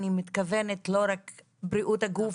אני מתכוונת לא רק בריאות הגוף,